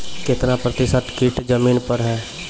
कितना प्रतिसत कीट जमीन पर हैं?